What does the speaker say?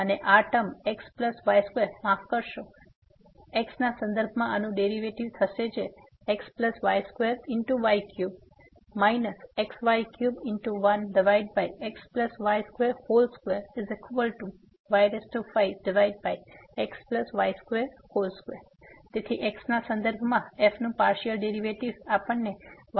અને આ term xy2 માફ કરશો અને x ના સંદર્ભમાં આનું ડેરીવેટીવ થશે જે xy2y3 xy31xy22y5xy22 તેથી x ના સંદર્ભમાં f નું પાર્સીઅલ ડેરીવેટીવ આપણને y5xy22 મળી રહ્યું છે